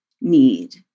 need